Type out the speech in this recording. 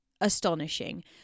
astonishing